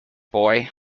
boy